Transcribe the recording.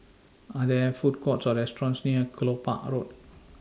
Are There Food Courts Or restaurants near Kelopak Road